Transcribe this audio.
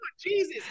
jesus